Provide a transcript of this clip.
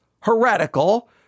heretical